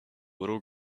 little